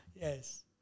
Yes